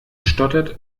stottert